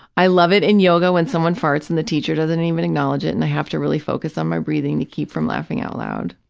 i love it in yoga when someone farts and the teacher doesn't even acknowledge it and i have to really focus on my breathing to keep from laughing out loud.